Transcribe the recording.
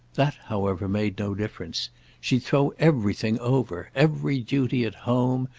that however made no difference she'd throw everything over. every duty at home,